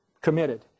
committed